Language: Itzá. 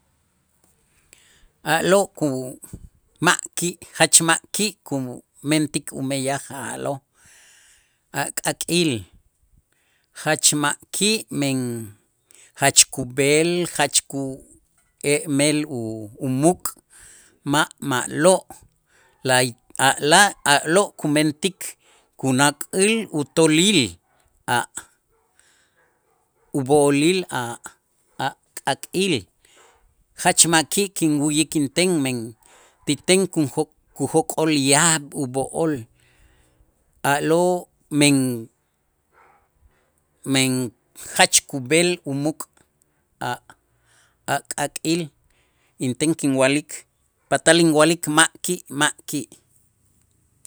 A'lo' ku ma' ki' jach ma' ki' kumentik umeyaj a'lo'. A' k'aak'il jach ma' ki' men jach kub'el jach ku'emel u- umuk' ma' ma'lo' lay a'la' a'lo' kumentik kunak'äl utoolil a' ub'o'olil a' a' k'aak'il jach ma'ki' kinwu'yik inten men ti ten kun- kujok'ol yaab' ub'o'ol a'lo' men men jach kub'el umuk' a' a' k'aak'il, inten kinwa'lik patal inwa'lik ma' ki' ma' ki'.